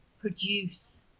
produce